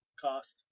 cost